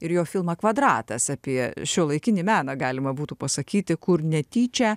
ir jo filmą kvadratas apie šiuolaikinį meną galima būtų pasakyti kur netyčia